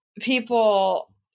people